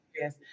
Yes